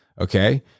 okay